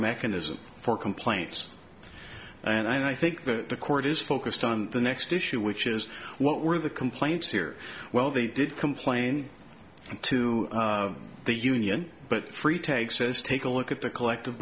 mechanism for complaints and i think that the court is focused on the next issue which is what were the complaints here well they did complain to the union but free take says take a look at the collective